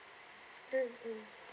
mm mm